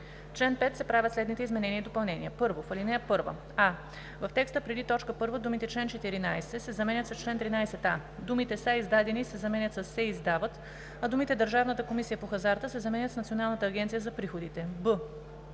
чл. 5 се правят следните изменения и допълнения: 1. В ал. 1: а) в текста преди т. 1 думите „чл. 14“ се заменят с „чл. 13а“, думите „са издадени“ се заменят със „се издават“, а думите „Държавната комисия по хазарта“ се заменят с „Националната агенция за приходите“;